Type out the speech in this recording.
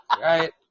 Right